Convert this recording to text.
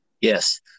yes